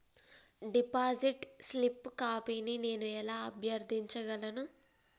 Deposit slip కాపీని నేను ఎలా అభ్యర్థించగలను?